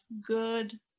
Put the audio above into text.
good